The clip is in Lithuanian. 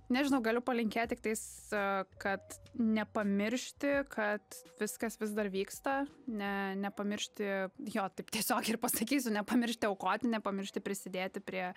nežinau galiu palinkėt tiktais kad nepamiršti kad viskas vis dar vyksta ne nepamiršti jo taip tiesiog ir pasakysiu nepamiršti aukoti nepamiršti prisidėti prie